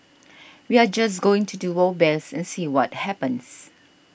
we are just going to do our best and see what happens